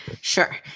Sure